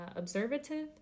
observative